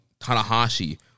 Tanahashi